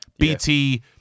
BT